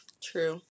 true